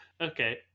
Okay